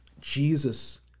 Jesus